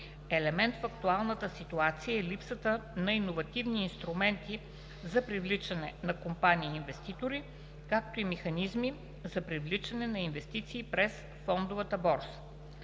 Елемент в актуалната ситуация е липсата на иновативни инструменти за привличане на компании-инвеститори, както и механизми за привличане на инвестиции през фондовата борса.